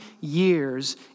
years